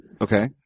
Okay